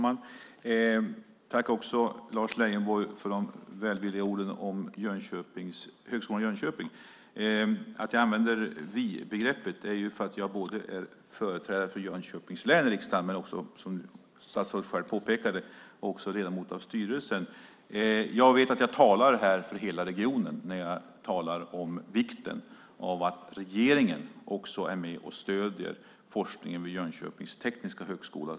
Fru talman! Tack Lars Leijonborg för de välvilliga orden om Högskolan i Jönköping. Att jag använder vi-begreppet beror på att jag är både företrädare för Jönköpings län i riksdagen och, som statsrådet själv påpekade, ledamot av styrelsen. Jag vet att jag talar här för hela regionen när jag säger att det är viktigt att regeringen också är med och stöder forskningen vid Jönköpings tekniska högskola.